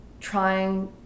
trying